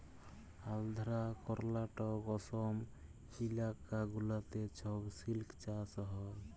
আল্ধ্রা, কর্লাটক, অসম ইলাকা গুলাতে ছব সিল্ক চাষ হ্যয়